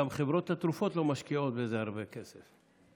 גם חברות התרופות לא משקיעות בזה הרבה כסף,